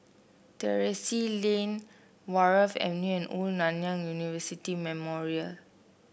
Terrasse Lane Wharf Avenue and Old Nanyang University Memorial